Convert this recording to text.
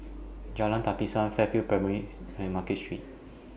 Jalan Tapisan Fairfield Primary and Market Street